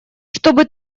чтобы